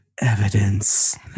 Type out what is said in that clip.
evidence